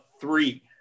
three